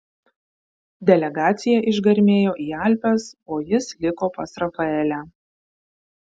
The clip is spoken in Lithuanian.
delegacija išgarmėjo į alpes o jis liko pas rafaelę